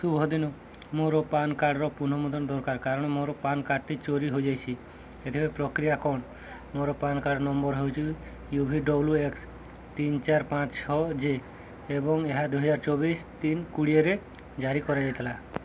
ଶୁଭ ଦିନ ମୋର ପାନ୍ କାର୍ଡ଼୍ର ପୁନଃମୁଦ୍ରଣ ଦରକାର କାରଣ ମୋର ପାନ୍ କାର୍ଡ଼୍ଟି ଚୋରି ହେଇଯାଇଛି ଏଥିପାଇଁ ପ୍ରକ୍ରିୟା କ'ଣ ମୋର ପାନ୍ କାର୍ଡ଼୍ ନମ୍ବର୍ ହେଉଛି ୟୁ ଭି ଡ଼ବ୍ଲୁ ଏକ୍ସ ତିନ ଚାରି ପାଞ୍ଚ ଛଅ ଜେ ଏବଂ ଏହା ଦୁଇ ହଜାର ଚବିଶ ତିନ କୋଡ଼ିଏରେ ଜାରି କରାଯାଇଥିଲା